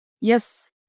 Yes